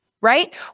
right